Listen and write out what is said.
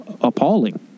appalling